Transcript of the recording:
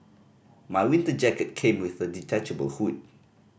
my winter jacket came with a detachable hood